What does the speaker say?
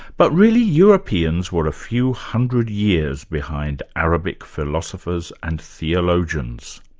but really europeans were a few hundred years behind arabic philosophers and theologians.